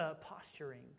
posturing